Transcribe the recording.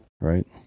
Right